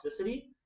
toxicity